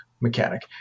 mechanic